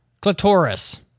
clitoris